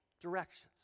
directions